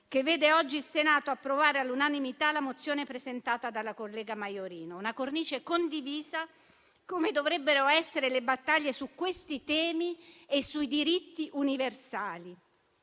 che vede oggi il Senato approvare all'unanimità la mozione presentata dalla collega Maiorino, una cornice condivisa, come dovrebbero essere le battaglie su questi temi e sui diritti universali.